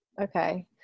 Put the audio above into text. okay